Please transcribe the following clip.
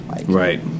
Right